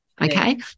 okay